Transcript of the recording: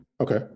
Okay